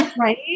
Right